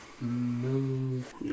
move